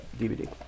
DVD